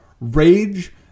rage